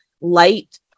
light